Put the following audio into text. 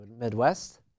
Midwest